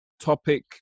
topic